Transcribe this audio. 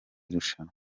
rushanwa